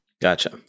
Gotcha